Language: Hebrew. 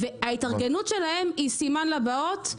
ההתארגנות שלהם היא סימן לבאות.